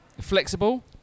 Flexible